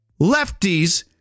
lefties